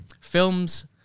films